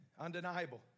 undeniable